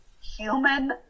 human